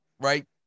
right